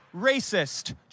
racist